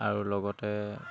আৰু লগতে